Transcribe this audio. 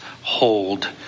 hold